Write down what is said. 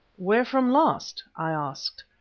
where from last? i asked.